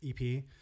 EP